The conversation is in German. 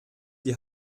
die